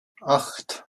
acht